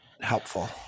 helpful